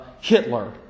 Hitler